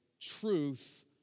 truth